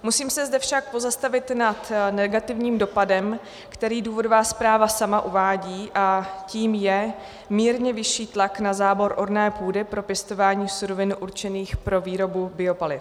Musím se zde však pozastavit nad negativním dopadem, který důvodová zpráva sama uvádí, a tím je mírně vyšší tlak na zábor orné půdy pro pěstování surovin určených pro výrobu biopaliv.